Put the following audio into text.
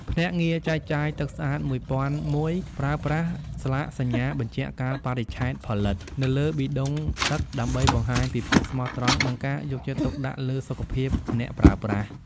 ភ្នាក់ងារចែកចាយ ទឹកស្អាត ១០០១ ប្រើប្រាស់ "ស្លាកសញ្ញាបញ្ជាក់កាលបរិច្ឆេទផលិត" នៅលើប៊ីដុងទឹក ដើម្បីបង្ហាញពីភាពស្មោះត្រង់ និងការយកចិត្តទុកដាក់លើសុខភាពអ្នកប្រើប្រាស់។